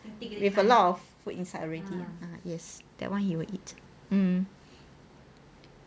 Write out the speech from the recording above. with a lot of food inside already ah yes that one he will eat um